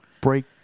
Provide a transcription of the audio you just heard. break